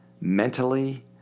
mentally